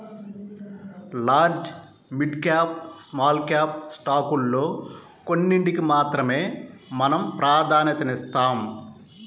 large, mid cap, small cap స్టాకుల్లో కొన్నిటికి మాత్రమే మనం ప్రాధన్యతనిస్తాం